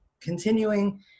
continuing